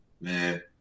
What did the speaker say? Man